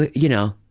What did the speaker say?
you know.